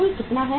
कुल कितना है